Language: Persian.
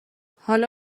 حالا